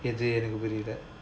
you didn't know nobody there